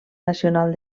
nacional